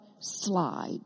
slide